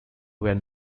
where